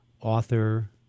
author